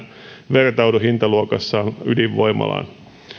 vertaudu hintaluokassaan ydinvoimalaan